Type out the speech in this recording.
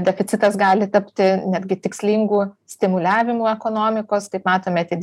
deficitas gali tapti netgi tikslingu stimuliavimu ekonomikos kaip matome tik